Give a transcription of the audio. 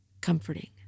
comforting